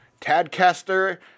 Tadcaster